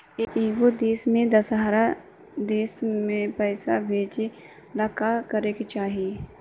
एगो देश से दशहरा देश मे पैसा भेजे ला का करेके होई?